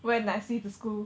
wear nicely to school